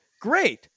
great